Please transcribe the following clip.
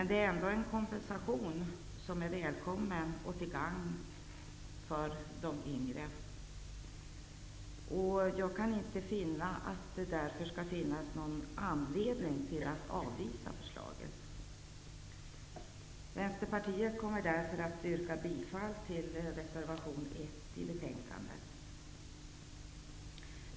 Det är dock en kompensationen som är väkommen, och som är till gang för de yngre. Jag kan därför inte finna att det skulle finnas någon anledning till att avstyrka förslaget. Vänsterpartiet kommer därför att yrka bifall till reservation 1 till betänkandet.